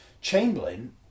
Chamberlain